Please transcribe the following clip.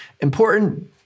important